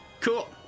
cool